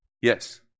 Yes